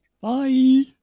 bye